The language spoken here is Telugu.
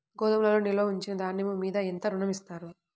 గోదాములో నిల్వ ఉంచిన ధాన్యము మీద ఎంత ఋణం ఇస్తారు?